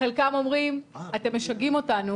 חלקם אומרים: אתם משגעים אותנו